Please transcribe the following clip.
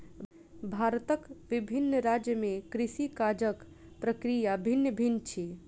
भारतक विभिन्न राज्य में कृषि काजक प्रक्रिया भिन्न भिन्न अछि